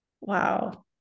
wow